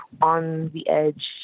on-the-edge